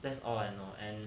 that's all I know and